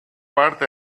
part